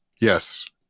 Yes